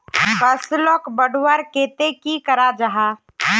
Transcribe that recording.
फसलोक बढ़वार केते की करा जाहा?